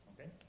okay